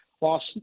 lost